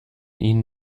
ihn